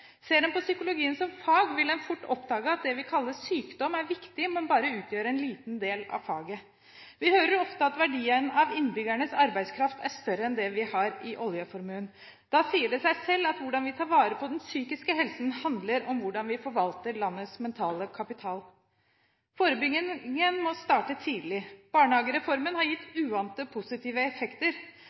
Ser en på psykologien som fag, vil en fort oppdage at det vi kaller sykdom, er viktig, men utgjør bare en liten del av faget. Vi hører ofte at verdien av innbyggernes arbeidskraft er større enn det vi har i oljeformuen. Da sier det seg selv at hvordan vi tar vare på den psykiske helsen, handler om hvordan vi forvalter landets mentale kapital. Forebyggingen må starte tidlig. Barnehagereformen har gitt uante positive effekter.